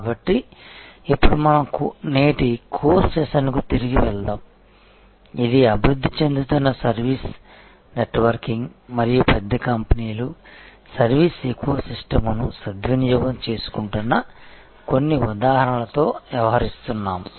కాబట్టి ఇప్పుడు మనం నేటి కోర్ సెషన్కు తిరిగి వెళ్దాం ఇది అభివృద్ధి చెందుతున్న సర్వీస్ నెట్వర్కింగ్ మరియు పెద్ద కంపెనీలు సర్వీస్ ఎకోసిస్టమ్ని సద్వినియోగం చేసుకుంటున్న కొన్ని ఉదాహరణలతో వ్యవహరిస్తున్నాము